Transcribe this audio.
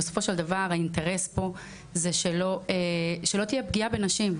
בסופו של דבר האינטרס פה זה שלא תהיה פגיעה בנשים,